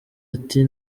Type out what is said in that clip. ati